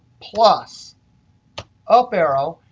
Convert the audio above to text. plus up arrow,